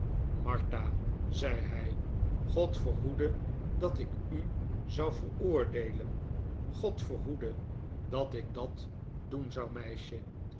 martha zei hij god verhoede dat ik u zou veroordeelen god verhoede dat ik dat doen zou meisje